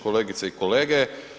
Kolegice i kolege.